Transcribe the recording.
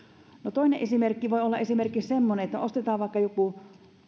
toinen esimerkki voi olla esimerkiksi semmoinen että ostetaan vaikka joku